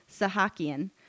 Sahakian